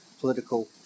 political